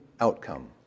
outcome